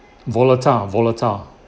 volatile volatile